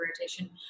rotation